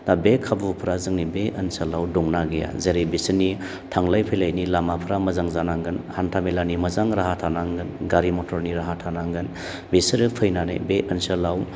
दा बे खाबुफ्रा जोंनि बे ओनसोलाव दंना गैया जेरै बिसोरनि थांलाय फैलायनि लामाफ्रा मोजां जानांगोन हान्था मेलानि मोजां राहा थानांगोन गारि मथरनि राहा थानांगोन बिसोरो फैनानै बे ओनसोलाव